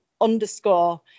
underscore